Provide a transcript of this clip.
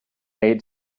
made